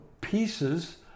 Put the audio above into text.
pieces